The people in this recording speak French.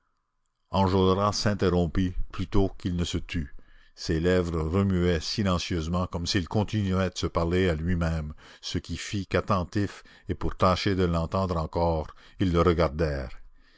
enjolras s'interrompit plutôt qu'il ne se tut ses lèvres remuaient silencieusement comme s'il continuait de se parler à lui-même ce qui fit qu'attentifs et pour tâcher de l'entendre encore ils